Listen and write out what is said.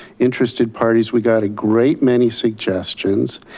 interested parties, we got a great many suggestions.